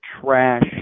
trash